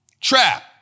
Trap